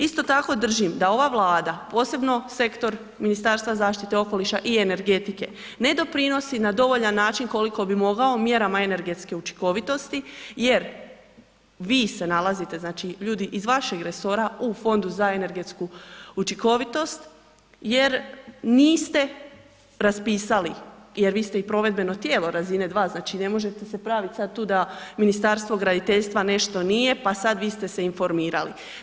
Isto tako držim, da ova Vlada, posebno sektor Ministarstva zaštite okoliša i energetike ne doprinosi na dovoljan način koliko bi mogao mjerama energetske učinkovitosti jer vi se nalazite, ljudi iz vašeg resora u Fondu za energetsku učinkovitost jer niste raspisali, jer vi ste i provedbeno tijelo, razine 2, znači ne možete se praviti sad tu da Ministarstvo graditeljstva nešto nije, pa sad vi ste se informirali.